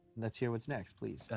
let's hear what's next, please. yeah